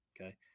okay